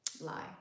lie